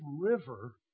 river